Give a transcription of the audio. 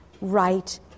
right